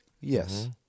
Yes